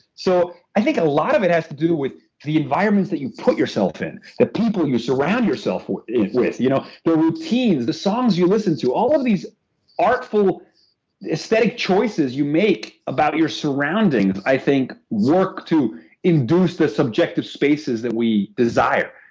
so i think a lot of it has to do with the environments that you put yourself in, the people you surround yourself with, the you know routines, the songs you listen to. all of these artful esthetic choices you make about your surroundings i think work to induce the subjective spaces that we desire.